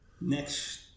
next